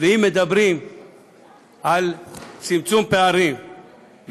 ואם מדברים על צמצום פערים,